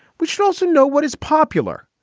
we should also know what is popular.